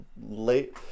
late